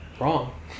Wrong